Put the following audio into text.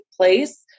place